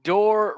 Door